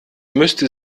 müsste